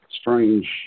strange